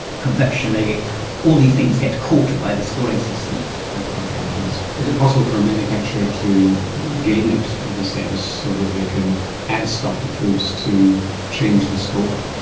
confectionary all these things get caught by the scoring system and can't be advertised. is it possible for a manufacturer to game sense, so that they can add stuff to foods to change the score?